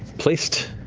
placed,